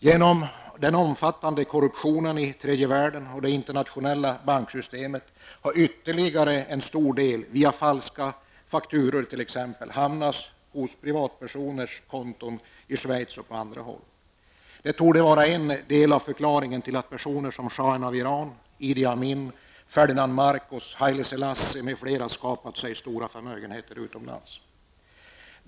Genom den omfattande korruptionen i tredje världen och i det internationella banksystemet, har ytterligare en stor del, t.ex. via falska fakturor, hamnat på privatpersoners konton i Schweiz och på andra håll. Det torde vara en del av förklaringen till att personer som Shahen av Iran, Idi Amin, Ferdinand Marcos, Haile Selassie m.fl. skapat sig förmögenheter utomlands.